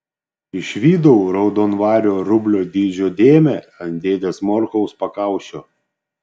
išvydau raudonvario rublio dydžio dėmę ant dėdės morkaus pakaušio